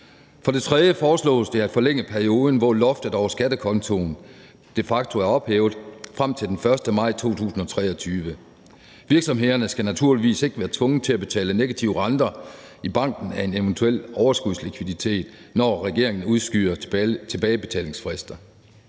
For det tredje foreslås det at forlænge perioden, hvor loftet over skattekontoen de facto er ophævet, frem til den 1. maj 2023. Virksomhederne skal naturligvis ikke være tvunget til at betale negative renter i banken af en eventuel overskudslikviditet, når regeringen udskyder tilbagebetalingsfrister.